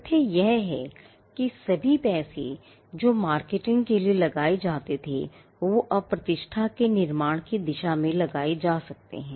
तथ्य यह है कि सभी पैसे जो marketing के लिए लगाए जाते थे वो अब प्रतिष्ठा के निर्माण की दिशा में लगाए जा सकते हैं